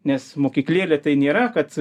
nes mokyklėlė tai nėra kad